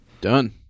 Done